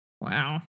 Wow